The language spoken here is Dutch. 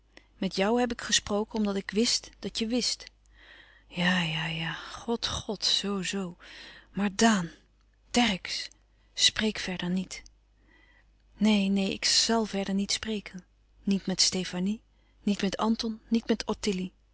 met jou heb ik gesproken omdat ik wist dat je wist ja ja ja god god zoo-zoo maar daan dercksz spreek verder niet neen neen ik zàl verder niet spreken niet met stefanie niet met anton niet met